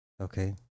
Okay